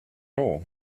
all